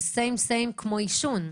זה אותו דבר כמו עישון.